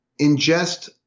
ingest